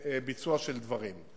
וביצוע של המון דברים.